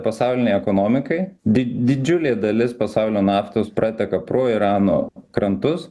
pasaulinei ekonomikai did didžiulė dalis pasaulio naftos prateka pro irano krantus